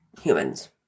humans